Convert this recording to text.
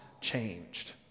changed